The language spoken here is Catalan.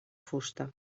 fusta